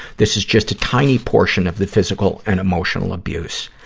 this is just a tiny portion of the physical and emotional abuse.